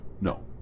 No